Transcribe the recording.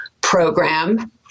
program